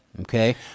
Okay